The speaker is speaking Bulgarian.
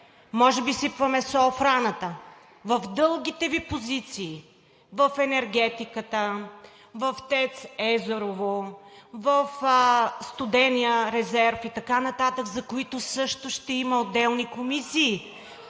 Може би сипваме сол в раната, в дългите Ви позиции в енергетиката, в ТЕЦ „Езерово“, в Студения резерв и така нататък, за които също ще има отделни комисии,